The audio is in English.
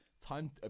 Time –